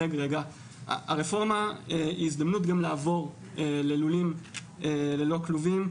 הרפורמה היא הזדמנות גם לעבור ללולים ללא כלובים.